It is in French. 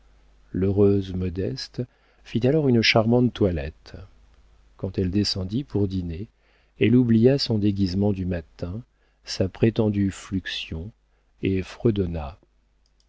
l'heureuse modeste fit alors une charmante toilette quand elle descendit pour dîner elle oublia son déguisement du matin sa prétendue fluxion et fredonna